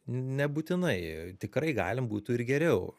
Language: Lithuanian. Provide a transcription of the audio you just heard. nebūtinai tikrai galim būtų ir geriau